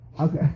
Okay